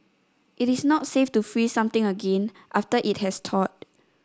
it is not safe to freeze something again after it has thawed